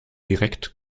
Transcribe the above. direkt